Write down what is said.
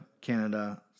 Canada